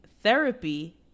Therapy